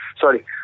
Sorry